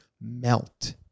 Melt